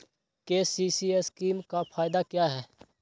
KCC scheme का फायदा क्या है?